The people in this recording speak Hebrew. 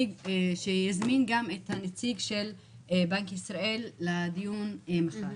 שיזמין גם את הנציג של בנק ישראל לדיון מחר.